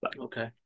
okay